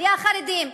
בלי החרדים,